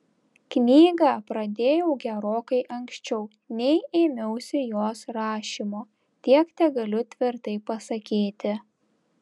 knygą pradėjau gerokai anksčiau nei ėmiausi jos rašymo tiek tegaliu tvirtai pasakyti